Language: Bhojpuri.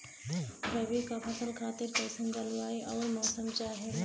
रबी क फसल खातिर कइसन जलवाय अउर मौसम चाहेला?